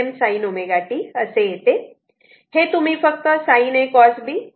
हे तुम्ही फक्त sin A cos B cos A sin B असे एक्सपांड करा